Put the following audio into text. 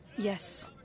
Yes